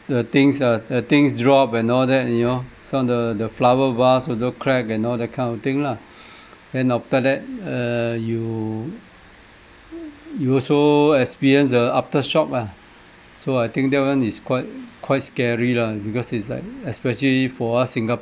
the things ah the things drop and all that you know some of the the flower vase also crack and all that kind of thing lah then after that err you you also experience the aftershock ah so I think that one is quite quite scary lah because it's like especially for us singa~